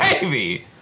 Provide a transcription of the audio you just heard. Baby